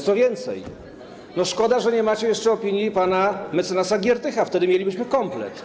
Co więcej, szkoda, że nie macie jeszcze opinii pana mecenasa Giertycha, wtedy mielibyśmy komplet.